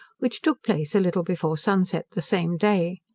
which took place a little before sun-set the same day.